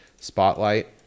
Spotlight